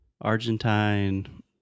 Argentine